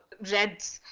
jed's